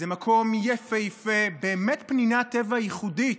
זה מקום יפהפה, באמת, פנינת טבע ייחודית,